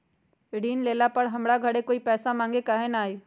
ऋण लेला पर हमरा घरे कोई पैसा मांगे नहीं न आई?